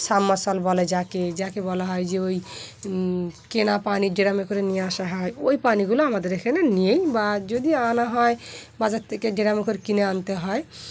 submersible বলে যাকে যাকে বলা হয় যে ওই কেনা পানি ড্রামে করে নিয়ে আসা হয় ওই পানিগুলো আমাদের এখানে নেই বা যদি আনা হয় বাজার থেকে ড্রাম করে কিনে আনতে হয়